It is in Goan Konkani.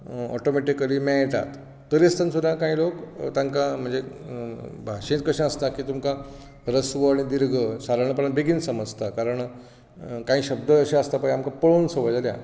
ऑटोमॅटीकली मेळटात तरींय आसतना सुद्दां कांय लोक तांकां म्हणजे भाशेंत कशें आसता की तुमकां ऱ्हस्व आनी दीर्घ हें सादारणपणान तुमकां बेगीन समजता कारण कांय शब्द अशे आसता पळय आमकां पळोवन संवय जाल्या